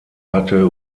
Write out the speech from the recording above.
hatte